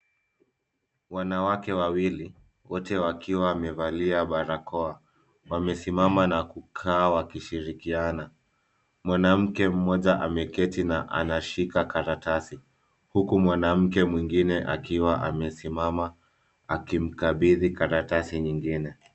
Wanawake wawili, wote wakiwa wamevalia barakoa. Wamesimama na kukaa wakishirikiana. Mwanamke mmoja ameketi na anashika karatasi, huku mwanamke mwengine akiwa amesimama akimkabidhi karatasi nyingine.